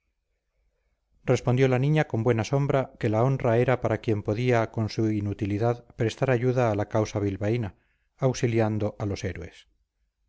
respondió la niña con buena sombra que la honra era para quien podía con su inutilidad prestar ayuda a la causa bilbaína auxiliando a los héroes